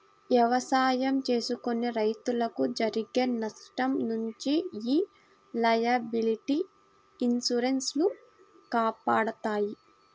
ఎవసాయం చేసుకునే రైతులకు జరిగే నష్టం నుంచి యీ లయబిలిటీ ఇన్సూరెన్స్ లు కాపాడతాయి